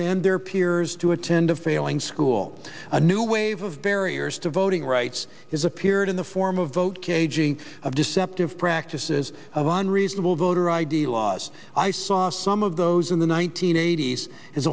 than their peers to attend a failing school a new wave of barriers to voting rights has appeared in the form of vote caging of deceptive practices of unreasonable voter i d laws i saw some of those in the one nine hundred eighty s as